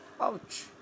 Ouch